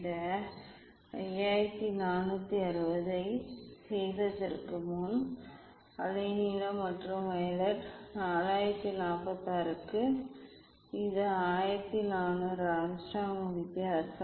இந்த 5460 ஐச் செய்வதற்கு முன் அலைநீளம் மற்றும் வயலட் 4046 க்கு இது 1400 ஆங்ஸ்ட்ரோம் வித்தியாசம்